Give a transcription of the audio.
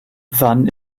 wann